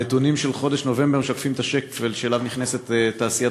הנתונים של חודש נובמבר משקפים את השפל שאליו נכנסת תעשיית